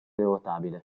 rotabile